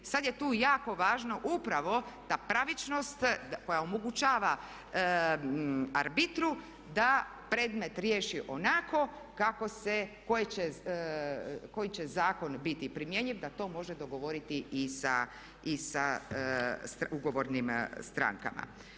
Sad je tu jako važno upravo da pravičnost koja omogućava arbitru da predmet riješi onako koji će zakon biti primjenjiv da to može dogovoriti i sa ugovornim strankama.